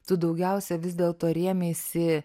tu daugiausia vis dėlto rėmeisi